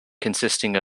consisting